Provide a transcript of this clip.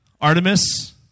Artemis